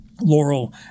laurel